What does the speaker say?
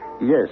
yes